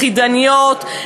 יחידניות,